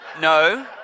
no